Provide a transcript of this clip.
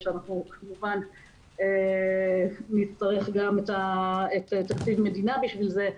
שאנחנו כמובן נצטרך גם את תקציב המדינה בשביל זה,